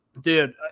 Dude